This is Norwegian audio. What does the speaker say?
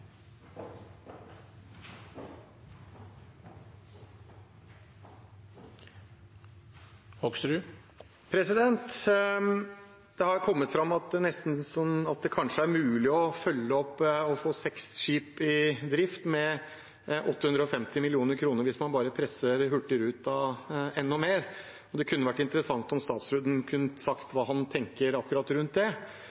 sånn at det kanskje er mulig å følge opp og få seks skip i drift med 850 mill. kr, hvis man bare presser Hurtigruta enda mer. Og det kunne vært interessant om statsråden kunne sagt